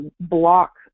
block